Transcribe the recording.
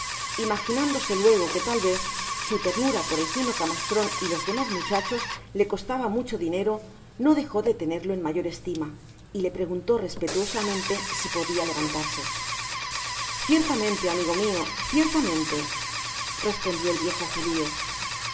imaginándose luego que lal vez su ternura por el fino camastron y los demás muchachos le costaba mucho dinero no dejo de tenerlo en mayor estima y le preguntó respetuosamente si podia levantarse ciertamente amigo mio ciertamente respondió el viejo judio